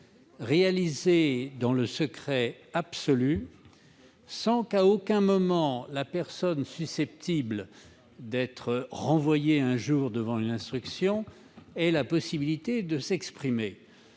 réalisée dans le secret absolu, sans qu'à aucun moment la personne susceptible d'être renvoyée un jour à l'instruction ait la possibilité de s'exprimer.